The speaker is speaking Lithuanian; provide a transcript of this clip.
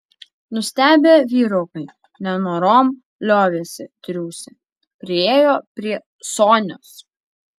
nustebę vyrukai nenorom liovėsi triūsę priėjo prie sonios